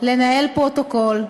לנהל פרוטוקול,